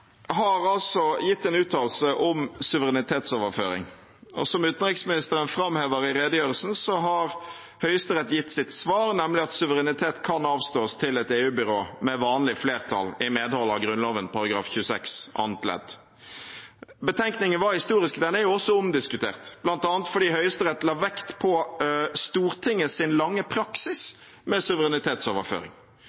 har altså gitt en uttalelse om suverenitetsoverføring. Som utenriksministeren framhever i redegjørelsen, har Høyesterett gitt sitt svar, nemlig at suverenitet kan avstås til et EU-byrå med vanlig flertall, i medhold av Grunnloven § 26 annet ledd. Betenkningen var historisk. Den er også omdiskutert, bl.a. fordi Høyesterett la vekt på Stortingets lange praksis